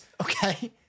okay